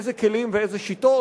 איזה כלים ואיזה שיטות,